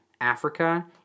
Africa